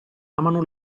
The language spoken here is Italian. amano